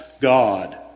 God